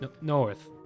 North